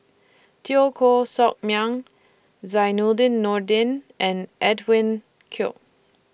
Teo Koh Sock Miang Zainudin Nordin and Edwin Koek